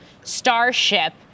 Starship